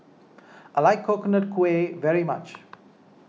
I like Coconut Kuih very much